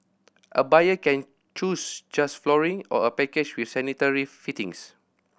a buyer can choose just flooring or a package with sanitary fittings